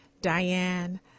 Diane